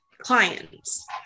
clients